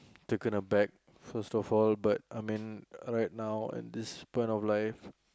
taken aback first of all but I mean right now at this point of life